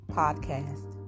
podcast